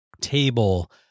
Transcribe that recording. table